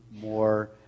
more